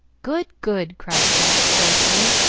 good! good! cried jack, joyfully,